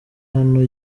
hano